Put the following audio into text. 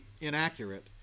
inaccurate